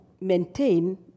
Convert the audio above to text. maintain